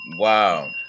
Wow